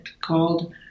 called